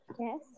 Yes